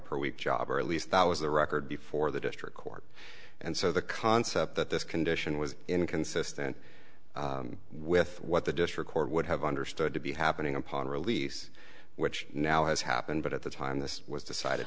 per week job or at least that was the record before the district court and so the concept that this condition was inconsistent with what the district court would have understood to be happening upon release which now has happened but at the time this was decided